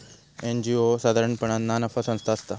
NGO साधारणपणान ना नफा संस्था असता